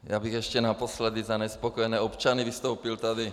Já bych ještě naposledy za nespokojené občany vystoupil tady.